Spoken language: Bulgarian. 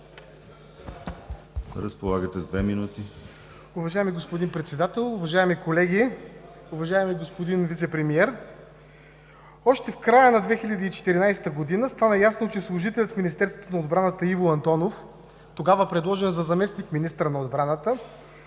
разполагате с две минути.